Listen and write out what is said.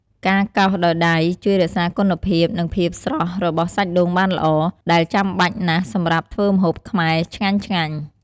ការកោសដោយដៃជួយរក្សាគុណភាព និងភាពស្រស់របស់សាច់ដូងបានល្អ ដែលចាំបាច់ណាស់សម្រាប់ធ្វើម្ហូបខ្មែរឆ្ងាញ់ៗ។